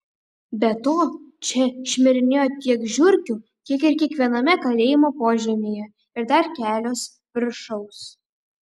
be to čia šmirinėjo tiek žiurkių kiek ir kiekviename kalėjimo požemyje ir dar kelios viršaus